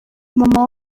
mama